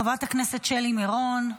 חברת הכנסת שלי מירון,